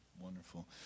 Wonderful